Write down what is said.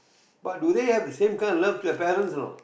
but they have same kind of love for your parents or not